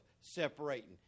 separating